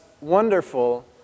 wonderful